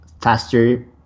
faster